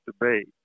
debate